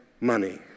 money